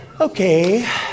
Okay